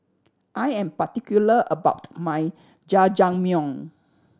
I am particular about my Jajangmyeon